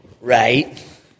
Right